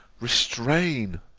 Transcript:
restrain,